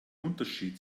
unterschied